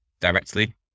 directly